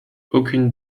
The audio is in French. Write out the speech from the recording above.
aucune